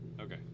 Okay